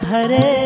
Hare